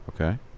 Okay